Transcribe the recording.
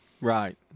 Right